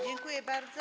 Dziękuję bardzo.